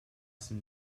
some